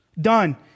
Done